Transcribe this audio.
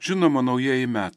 žinoma naujieji metai